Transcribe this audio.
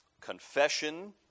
confession